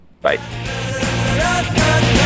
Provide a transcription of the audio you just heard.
Bye